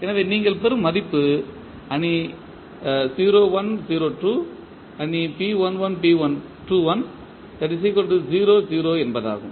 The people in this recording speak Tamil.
எனவே நீங்கள் பெறும் மதிப்பு என்பதாகும்